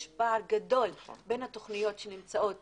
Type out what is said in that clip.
יש פער גדול בין התוכניות שנמצאות